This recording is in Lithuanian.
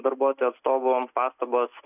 darbuotojų atstovų pastabos